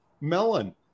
melon